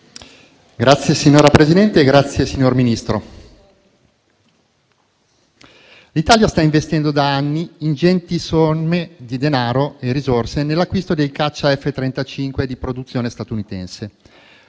Signor Presidente, signor Ministro, l'Italia sta investendo da anni ingenti somme di denaro e risorse nell'acquisto dei caccia F-35 di produzione statunitense,